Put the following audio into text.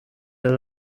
der